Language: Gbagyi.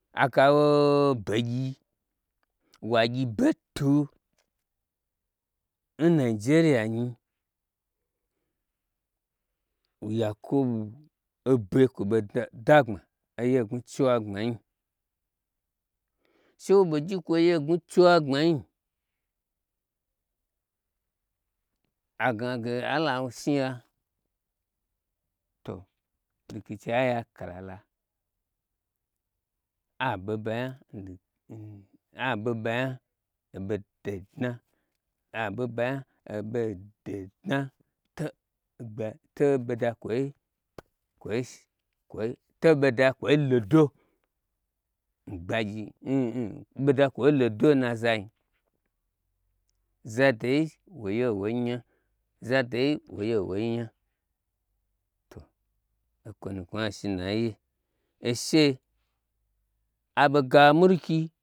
Aga ho begyi wa gyi betu n nijeriya nyi yakubu obe kwo ɓei dagbma oye gnwu chiwa gbma nyi she wo ɓei gyi kwo oye n gnwu chiwagbmanyi agnage alawo shmiya to rikicia yakala aɓe ɓa nya obededna to boda kwoi lodo n gbagyi n na zari zadei woye owm nya to okwo nu n kwo nyai shi naiye eshe aɓo ga mulki.